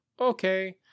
okay